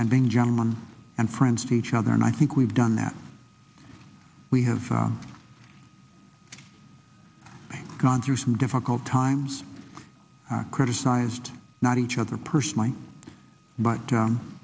and then gentleman and friends of each other and i think we've done that we have gone through some difficult times criticized not each other personally but